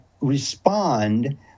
respond